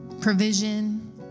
provision